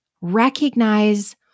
Recognize